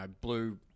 blue